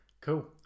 Cool